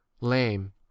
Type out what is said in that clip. lame